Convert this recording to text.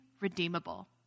redeemable